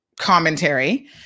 commentary